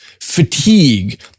fatigue